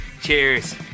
Cheers